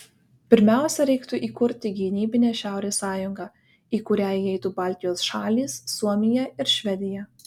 pirmiausia reiktų įkurti gynybinę šiaurės sąjungą į kurią įeitų baltijos šalys suomija ir švedija